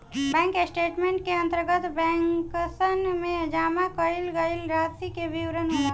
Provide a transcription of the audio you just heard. bank statement के अंतर्गत बैंकसन में जमा कईल गईल रासि के विवरण होला